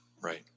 Right